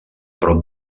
prop